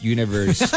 Universe